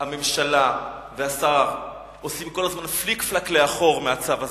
שהממשלה והשר עושים כל הזמן פליק-פלאק לאחור מהצו הזה,